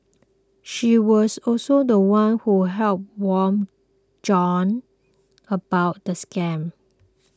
she was also the one who helped warn John about the scam